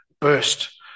burst